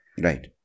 Right